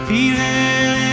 Feeling